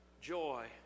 Joy